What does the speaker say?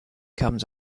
comes